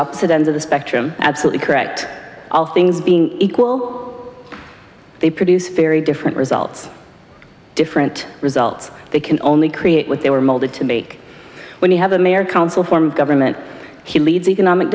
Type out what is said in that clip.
opposite ends of the spectrum absolutely correct all things being equal they produce very different results different results they can only create what they were molded to make when you have a mayor council formed government he leads economic